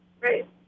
Right